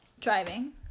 driving